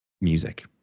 music